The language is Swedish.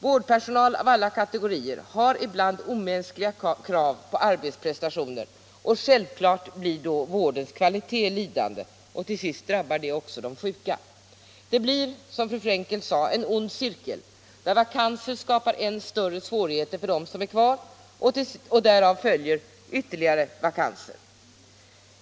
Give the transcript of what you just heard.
Vårdpersonal av alla kategorier har ibland omänskliga krav på arbetsprestationer, och självklart blir då vårdens kvalitet lidande. Till sist drabbar det också de sjuka. Det blir, som fru Frenkel sade, en ond cirkel där vakanser skapar än större svårigheter för dem som är kvar, och då uppstår ytterligare vakanser.